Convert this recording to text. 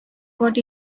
got